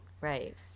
Right